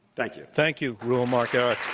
thank you. thank you, reuel marc gerecht.